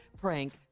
prank